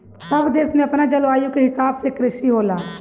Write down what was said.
सब देश में अपना जलवायु के हिसाब से कृषि होला